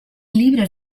libres